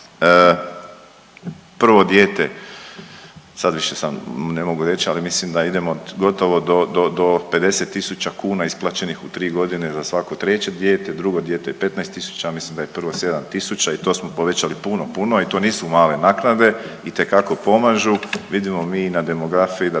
Prvo dijete sad više sam ne mogu reći, ali mislim da idemo gotovo do pedeset tisuća kuna isplaćenih u tri godine za svako treće dijete, drugo dijete 15000, ja mislim da je prvo 7000. I to smo povećali puno, puno. I to nisu male naknade. Itekako pomažu. Vidimo mi i na demografiji da